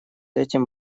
этим